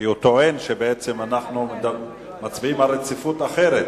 כי הוא טוען שבעצם אנחנו מצביעים על רציפות אחרת.